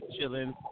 chilling